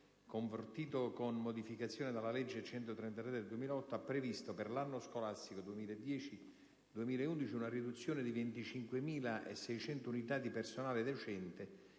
convertito, con modificazioni, dalla legge n. 133 del 2008, ha previsto, per l'anno scolastico 2010-2011, una riduzione di 25.600 unità di personale docente,